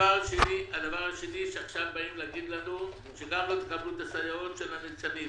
הדבר השני הוא שעכשיו באים להגיד לנו שלא נקבל את הסייעות של ניצנים,